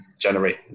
generate